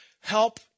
help